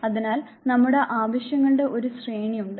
അതിനാൽ നമ്മുടെ ആവശ്യങ്ങളുടെ ഒരു ശ്രേണി ഉണ്ട്